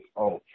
okay